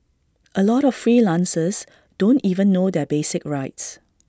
A lot of freelancers don't even know their basic rights